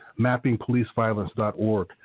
mappingpoliceviolence.org